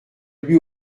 lui